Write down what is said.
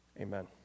Amen